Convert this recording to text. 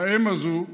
לאם הזאת,